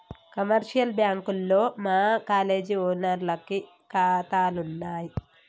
commercial బ్యాంకుల్లో మా college ఓనర్లకి కాతాలున్నయి